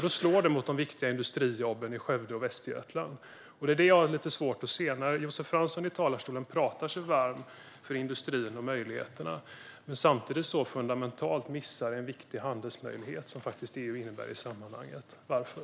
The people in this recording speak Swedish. Det slår mot de viktiga industrijobben i Skövde och Västergötland, och det är det jag har lite svårt att se. I talarstolen talar sig Josef Fransson varm för industrin och möjligheterna men missar samtidigt så fundamentalt den viktiga handelsmöjlighet som EU faktiskt innebär i sammanhanget. Varför?